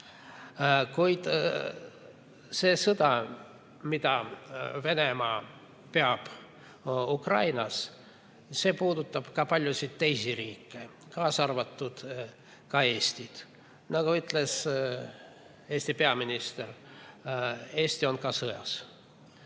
Kuid see sõda, mida Venemaa peab Ukrainas, puudutab ka paljusid teisi riike, kaasa arvatud Eestit. Nagu ütles Eesti peaminister: Eesti on ka sõjas.